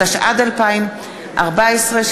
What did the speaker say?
התשע"ד 2014,